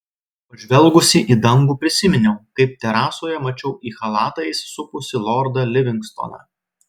pažvelgusi į dangų prisiminiau kaip terasoje mačiau į chalatą įsisupusį lordą livingstoną